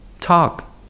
Talk